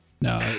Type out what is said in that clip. No